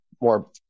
more